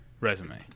resume